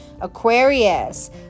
aquarius